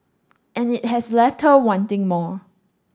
and it has left her wanting more